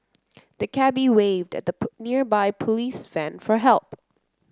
the cabby waved at a nearby police van for help